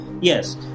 yes